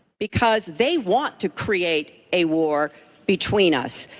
because they want to create a war between us.